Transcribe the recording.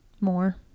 More